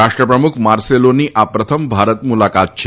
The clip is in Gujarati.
રાષ્ટ્રપ્રમુખ માર્સેલોની આ પ્રથમ ભારત મુલાકાત છે